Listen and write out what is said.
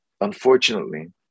unfortunately